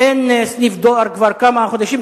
אין סניף דואר כבר כמה חודשים?